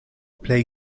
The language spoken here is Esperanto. plej